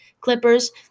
Clippers